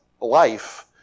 life